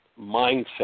mindset